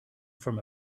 from